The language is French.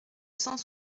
cent